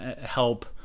help